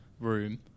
room